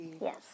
Yes